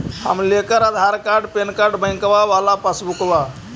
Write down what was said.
हम लेकर Aadhaar card PAN card बैंकवा वाला पासबुक?